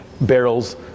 barrels